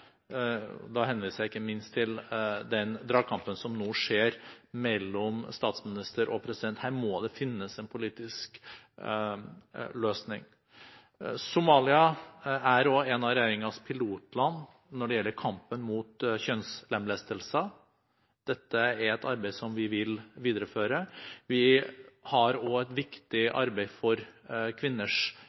Da henviser jeg ikke minst til den dragkampen som nå skjer mellom statsminister og president. Her må det finnes en politisk løsning. Somalia er også en av regjeringens pilotland når det gjelder kampen mot kjønnslemlestelser. Dette er et arbeid som vi vil videreføre. Vi har også et viktig arbeid for kvinners